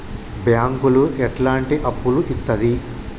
బ్యాంకులు ఎట్లాంటి అప్పులు ఇత్తది?